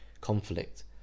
conflict